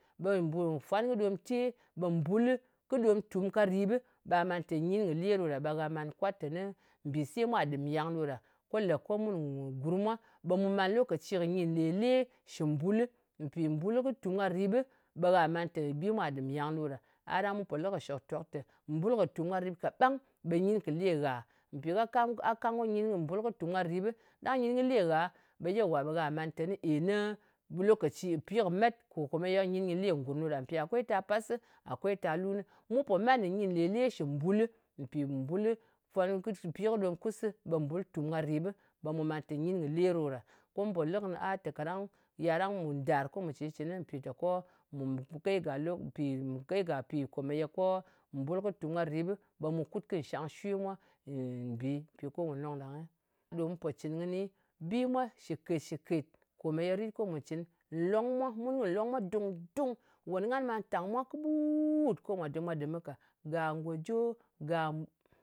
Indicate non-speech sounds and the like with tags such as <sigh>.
Ɓe mbù, fwan kɨ ɗom te ko mbul kɨ ɗom tum ka riɓɨ ɓa man teni nyin kɨ le ɗo ɗa, ɓe gha man kwat teni mbise mwà ɗɨm nyang ɗo ɗa. Ko lè ko mu, <unintelligible> gurm mwa ɓe mù màn lokaci kɨ nyìn lē-le shɨ mbulɨ. Mpì bul kɨ tùm ka riɓ, ɓe gah man teni bi mwà ɗɨm nyàng ɗo ɗa. A ɗang mu pò lɨ kɨ shɨktok tē bul kɨ tùm ka rip kaɓang ɓe nyin kɨ le ngha? Mpi gha kang, a kang ko bul kɨ tum ka riɓ, ɗang nyin kɨ le ngha ɓe yawà, ɓe gha man teni, ey nɨ lokaci, pi kɨ met, kò kome nyin nyɨ le ngurm ɗo ɗa. Mpì akwei ta pasɨ, akwei ta lunɨ. Mu po man kɨ nyin lē-le shɨ bulɨ. Mpì ɓuli fwan, pi kɨ ɗom kusi ɓe bul tùm ka rìp, ɓe mù màn tē nyi kɨ le ɗo ɗa. Kum pò lɨ kɨnɨ ltē kaɗang mu dar ko mù cɨn shitcɨni mpì ko mù, mu kai gà lo, mu kai ga mpì meye ko bul kɨ tum ka rɨp, ɓe mu kut kɨ nshang shwe mwa mbi, mpì ko wane nlong ɗang-e ɗò mu pò cɨn kɨni. Bi mwa shɨkèt-shɨkèt kòmeye rit ko mu cɨn. Long mwa, mun kɨ nlong mwa dung-dung. Wòn ngan ɓà tàng mwa kɨɓut ko mwa ɗɨmɨ ka. Gà ngòjo, ga